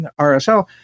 RSL